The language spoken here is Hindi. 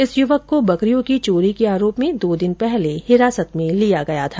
इस युवक को बकरियों की चोरी के आरोप में दो दिन पहले हिरासत में लिया गया था